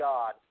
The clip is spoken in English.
God